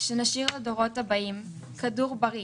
שנשאיר לדורות הבאים את כדור הארץ בריא